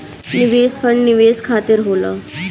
निवेश फंड निवेश खातिर होला